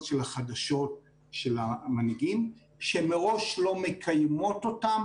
שניר ברקת מביא לראש הממשלה וראש הממשלה יאמץ אותה,